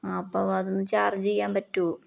ആ അപ്പം അതൊന്ന് ചാർജ് ചെയ്യാൻ പറ്റുമോ